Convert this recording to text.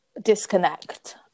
disconnect